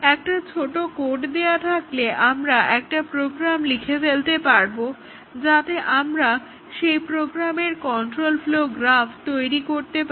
একটা ছোট কোড দেওয়া থাকলে আমরা একটা প্রোগ্রাম লিখে ফেলতে পারব যাতে আমরা সেই প্রোগ্রামের কন্ট্রোল ফ্লোও গ্রাফ তৈরি করতে পারি